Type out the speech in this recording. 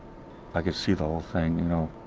i can see the whole thing you know.